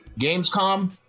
Gamescom